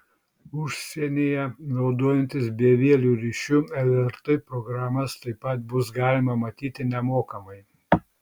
užsienyje naudojantis bevieliu ryšiu lrt programas taip pat bus galima matyti nemokamai